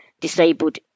disabled